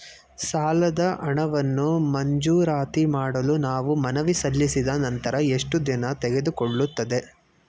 ಸಾಲದ ಹಣವನ್ನು ಮಂಜೂರಾತಿ ಮಾಡಲು ನಾವು ಮನವಿ ಸಲ್ಲಿಸಿದ ನಂತರ ಎಷ್ಟು ದಿನ ತೆಗೆದುಕೊಳ್ಳುತ್ತದೆ?